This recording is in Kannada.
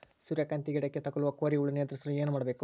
ಸೂರ್ಯಕಾಂತಿ ಗಿಡಕ್ಕೆ ತಗುಲುವ ಕೋರಿ ಹುಳು ನಿಯಂತ್ರಿಸಲು ಏನು ಮಾಡಬೇಕು?